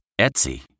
Etsy